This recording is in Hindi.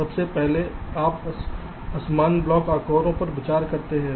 सबसे पहले आप असमान ब्लॉक आकारों पर विचार कर सकते हैं